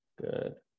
Good